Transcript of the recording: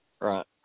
Right